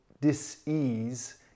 dis-ease